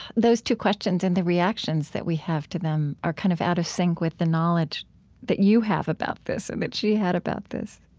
those two questions and the reactions that we have to them are kind of out of synch with the knowledge that you have about this and that she had about this